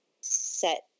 set